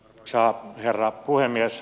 arvoisa herra puhemies